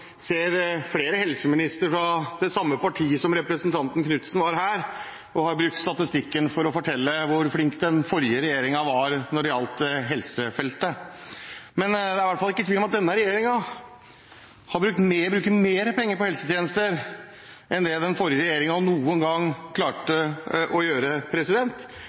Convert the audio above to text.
ser at flere helseministre fra samme parti som representanten Knutsen har brukt statistikken for å fortelle hvor flink den forrige regjeringen var når det gjaldt helsefeltet. Det er i hvert fall ikke tvil om at denne regjeringen bruker mer penger på helsetjenester enn det den forrige regjeringen noen gang klarte å gjøre.